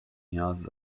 نیاز